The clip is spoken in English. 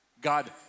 God